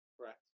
correct